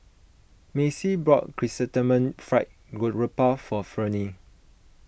Macy brought Chrysanthemum Fried Garoupa for Ferne